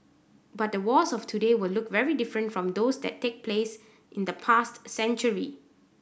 but the wars of today will look very different from those that take place in the past century